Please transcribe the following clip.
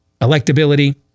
electability